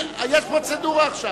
יש פרוצדורה עכשיו.